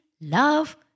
love